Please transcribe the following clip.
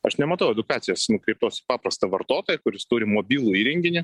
aš nematau edukacijos nukreiptos į paprastą vartotoją kuris turi mobilų įrenginį